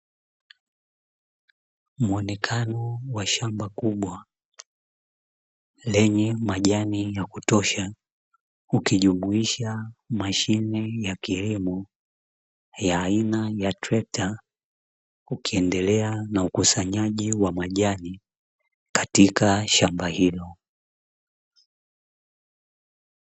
Muonekano wa shamba kubwa sana ya kutosha ukijumuisha mashine ya aina ya trekta ukiendelea na ukusanyaji wa katika shamba hilo.